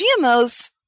GMOs